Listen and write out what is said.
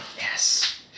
Yes